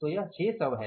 तो यह 600 है